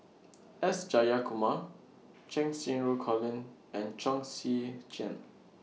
S Jayakumar Cheng Xinru Colin and Chong Tze Chien